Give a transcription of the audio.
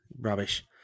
Rubbish